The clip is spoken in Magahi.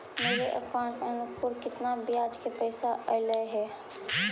मेरे अकाउंट में अनुकुल केतना बियाज के पैसा अलैयहे?